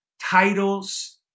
titles